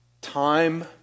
time